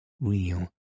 Real